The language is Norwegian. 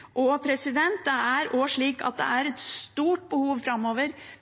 Det er også et stort behov